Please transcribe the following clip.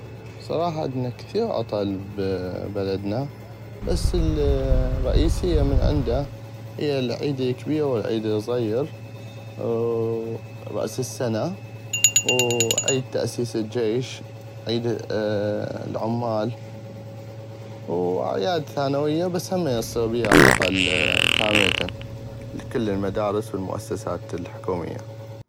بصراحة عدنا كثيغ عطل ببلدنا بس الرئيسية من عندا العيد الكبيغ والعيد الصغير وراس السنة وعيد تاسيس الجيش وعيد العمال واعياد ثانوية بس همين تصيغ بيها عطل كاملة لكل المدارس والموسسات الحكومية.